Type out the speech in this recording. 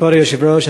כבוד היושב-ראש,